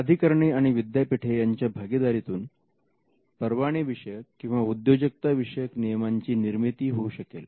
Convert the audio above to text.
प्राधिकरणे आणि विद्यापीठे यांच्या भागीदारीतून परवाने विषयक किंवा उद्योजकता विषयक नियमांची निर्मिती होऊ शकेल